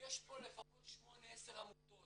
יש פה לפחות 10-8 עמותות.